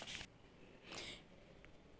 खेती करे बर का का औज़ार के जरूरत पढ़थे?